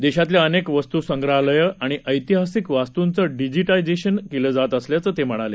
देशातल्या अनेक वस्त्संग्राहलयं आणि ऐतिहासिक वास्तूंचं डिजीटायझेशन केलं जात असल्याचं ते म्हणाले